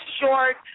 short